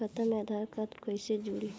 खाता मे आधार कार्ड कईसे जुड़ि?